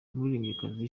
umuririmbyikazi